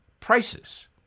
prices